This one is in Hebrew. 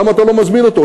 למה אתה לא מזמין אותו?